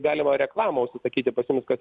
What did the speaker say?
galima reklamą užsisakyti pas jumis kas